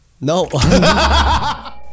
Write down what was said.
No